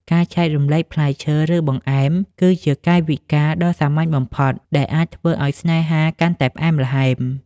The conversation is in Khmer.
ការចែករំលែកផ្លែឈើ ឬបង្អែម គឺជាកាយវិការដ៏សាមញ្ញបំផុត ដែលអាចធ្វើឱ្យស្នេហាកាន់តែផ្អែមល្ហែម។